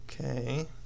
okay